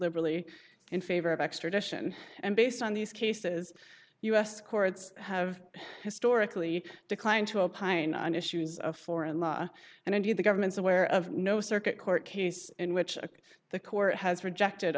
liberally in favor of extradition and based on these cases u s courts have historically declined to opine on issues of foreign law and indeed the government's aware of no circuit court case in which the court